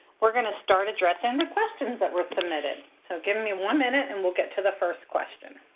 we're going to start addressing the questions that were submitted. so give me one minute and we'll get to the first question.